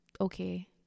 okay